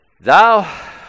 Thou